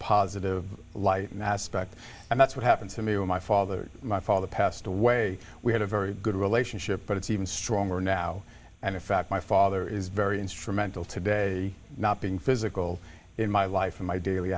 positive light and aspect and that's what happened to me when my father my father passed away we had a very good relationship but it's even stronger now and in fact my father is very instrumental today not being physical in my life or my daily